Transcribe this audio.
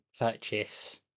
purchase